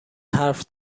حرف